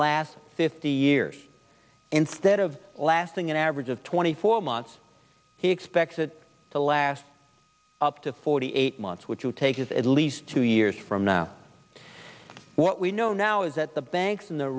last fifty years instead of lasting an average of twenty four months he expects it to last up to forty eight months which you take is at least two years from now what we know now is that the banks in the